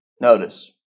Notice